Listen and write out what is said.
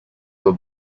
were